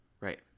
Right